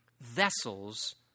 vessels